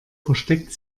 versteckt